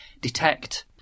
detect